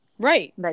Right